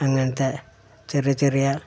അങ്ങനത്തെ ചെറിയ ചെറിയ